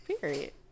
Period